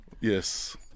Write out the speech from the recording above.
Yes